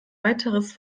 weiteres